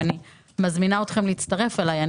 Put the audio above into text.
ואני מזמינה אתכם להצטרף אליי.